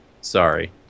sorry